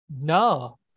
No